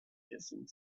hissing